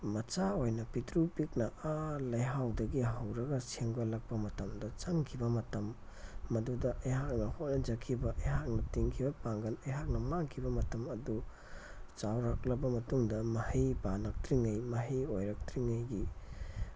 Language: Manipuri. ꯃꯆꯥ ꯑꯣꯏꯅ ꯄꯤꯛꯇ꯭ꯔꯨ ꯄꯤꯛꯅ ꯑꯥ ꯂꯩꯍꯥꯎꯗꯒꯤ ꯍꯧꯔꯒ ꯁꯦꯝꯒꯠꯂꯛꯄ ꯃꯇꯝꯗ ꯆꯪꯈꯤꯕ ꯃꯇꯝ ꯃꯗꯨꯗ ꯑꯩꯍꯥꯛꯅ ꯍꯣꯠꯅꯖꯈꯤꯕ ꯑꯩꯍꯥꯛꯅ ꯇꯤꯡꯈꯤꯕ ꯄꯥꯡꯒꯜ ꯑꯩꯍꯥꯛꯅ ꯃꯥꯡꯈꯤꯕ ꯃꯇꯝ ꯑꯗꯨ ꯆꯥꯎꯔꯛꯂꯕ ꯃꯇꯨꯡꯗ ꯃꯍꯩ ꯄꯥꯜꯂꯛꯇ꯭ꯔꯤꯉꯩ ꯃꯍꯩ ꯑꯣꯏꯔꯛꯇ꯭ꯔꯤꯉꯩꯒꯤ